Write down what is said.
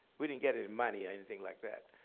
we didn't get any money or anything like that,